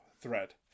thread